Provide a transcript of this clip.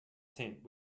tent